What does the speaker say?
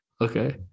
Okay